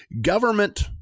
Government